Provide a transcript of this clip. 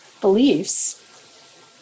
beliefs